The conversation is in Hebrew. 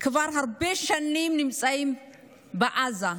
שהרבה שנים נמצאים בעזה.